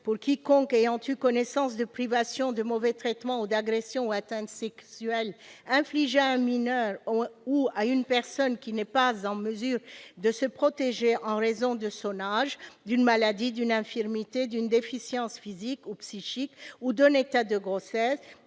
pour quiconque ayant eu connaissance de privations, de mauvais traitements ou d'agressions ou d'atteintes sexuelles infligés à un mineur ou à une personne qui n'est pas en mesure de se protéger en raison de son âge, d'une maladie, d'une infirmité, d'une déficience physique ou psychique ou d'un état de grossesse,